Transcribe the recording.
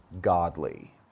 godly